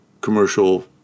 commercial